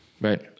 Right